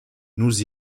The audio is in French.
nous